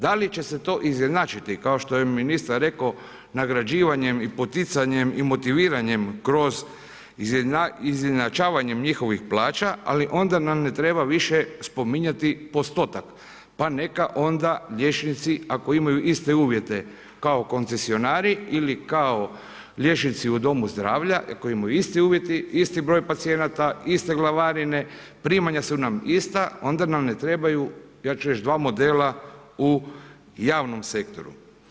Da li će se to izjednačiti kao što je ministar rekao nagrađivanjem i poticanjem i motiviranjem kroz izjednačavanjem njihovih plaća, ali onda nam ne treba više spominjati postotak pa neka onda liječnici ako imaju iste uvjete kao koncesionari ili kao liječnici u domu zdravlja koji imaju iste uvjete, isti broj pacijenata, iste glavarine, primanja su nam ista, onda nam ne trebaju, ja ću reći dva modela u javnom sektoru.